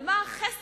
על מה החסד?